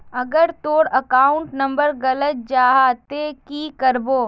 अगर तोर account number गलत जाहा ते की करबो?